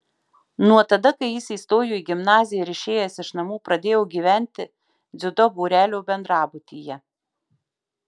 nuo tada kai jis įstojo į gimnaziją ir išėjęs iš namų pradėjo gyventi dziudo būrelio bendrabutyje